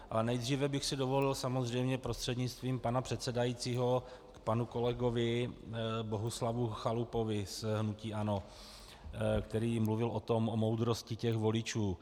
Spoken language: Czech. Ale nejdříve bych si dovolil samozřejmě prostřednictvím pana předsedajícího k panu kolegovi Bohuslavu Chalupovi z hnutí ANO, který mluvil o moudrosti voličů.